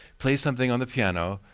plays something on the piano,